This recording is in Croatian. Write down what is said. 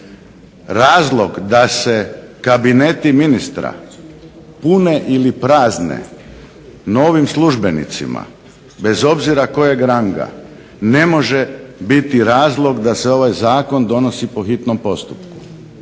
Razlog da se kabineti ministra pune ili prazne novim službenicima bez obzira kojeg ranga ne može biti razlog da se ovaj Zakon donosi po hitnom postupku,